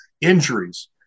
injuries